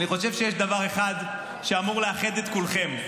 אני חושב שיש דבר אחד שאמור לאחד את כולכם: